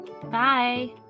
Bye